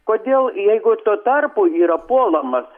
kodėl jeigu tuo tarpu yra puolamas